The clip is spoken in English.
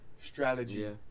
strategy